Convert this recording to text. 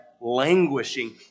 languishing